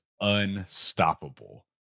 unstoppable